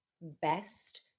best